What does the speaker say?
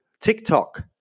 TikTok